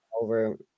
over